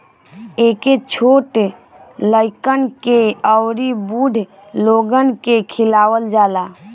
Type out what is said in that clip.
एके छोट लइकन के अउरी बूढ़ लोगन के खियावल जाला